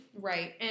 Right